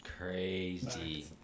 Crazy